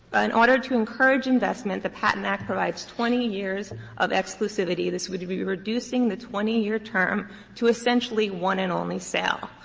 and order to encourage investment, the patent act provides twenty years of exclusivity. this would be reducing the twenty year term to essentially one and only sale.